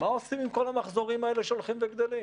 מה עושים עם כל המחזורים האלה שהולכים וגדלים?